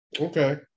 Okay